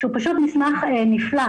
שהוא פשוט מסמך נפלא,